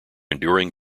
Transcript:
enduring